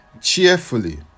cheerfully